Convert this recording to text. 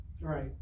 Right